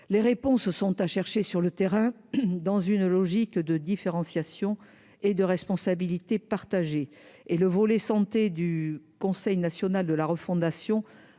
les réponses sont à chercher sur le terrain, dans une logique de différenciation et de responsabilité partagée et le volet santé du Conseil national de la refondation